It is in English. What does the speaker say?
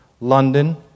London